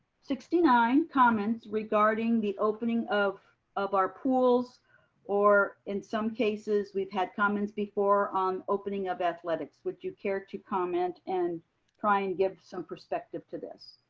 sixty nine comments regarding the opening of of our pools or in some cases we've had comments before on opening of athletics. would you care to comment and try and give some perspective to this?